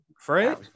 Fred